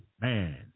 man